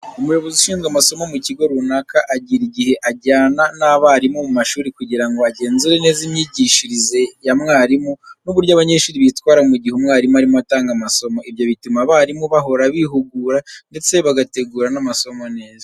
Umuyobozi ushinzwe amasomo mu kigo runaka agira igihe ajyana n'abarimu mu mashuri kugira ngo agenzure neza imyigishirize ya mwarimu n'uburyo abanyeshuri bitwara mu gihe umwarimu arimo atanga isomo. Ibyo bituma abarimu bahora bihugura ndetse bagategura n'amasomo neza.